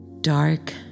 dark